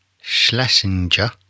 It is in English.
Schlesinger